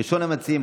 ראשון המציעים,